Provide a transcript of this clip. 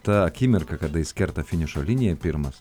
ta akimirka kada jis kerta finišo liniją pirmas